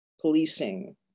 policing